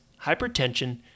hypertension